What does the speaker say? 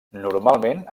normalment